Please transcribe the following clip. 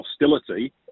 hostility